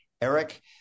Eric